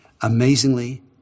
Amazingly